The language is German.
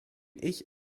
ich